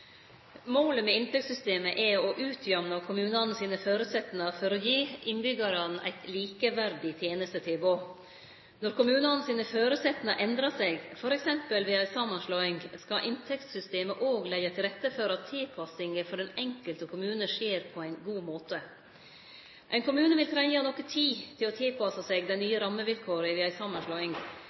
Målet med inntektssystemet er å utjamne kommunane sine føresetnader for å gi innbyggjarane eit likeverdig tenestetilbod. Når kommunane sine føresetnader endrar seg, f.eks. ved ei samanslåing, skal inntektssystemet òg leggje til rette for at tilpassinga for den enkelte kommune skjer på ein god måte. Ein kommune vil trengje noko tid til å tilpasse seg dei nye rammevilkåra ved ei samanslåing.